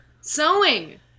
sewing